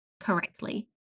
correctly